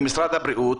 ומשרד הבריאות,